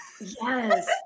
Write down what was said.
Yes